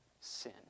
sin